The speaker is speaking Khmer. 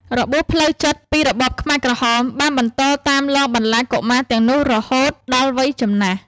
របួសផ្លូវចិត្ត ពីរបបខ្មែរក្រហមបានបន្តតាមលងបន្លាចកុមារទាំងនោះរហូតដល់វ័យចំណាស់។